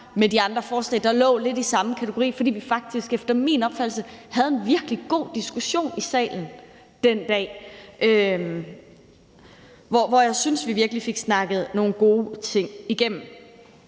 med de andre forslag, der var lidt i samme kategori, fordi vi efter min opfattelse faktisk havde en virkelig god diskussion i salen den dag, hvor jeg synes, vi virkelig fik snakket nogle gode ting igennem.